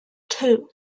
two